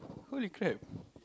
holy crap